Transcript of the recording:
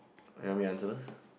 or you want me to answer first